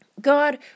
God